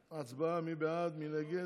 הצבעה, מי בעד, מי נגד?